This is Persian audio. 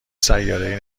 سیارهای